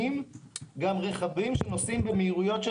עירוניים רכבים שנוסעים במהירויות של